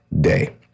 day